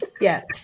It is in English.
Yes